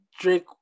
Drake